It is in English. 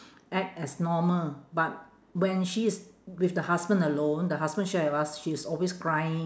act as normal but when she is with the husband alone the husband share with us she's always crying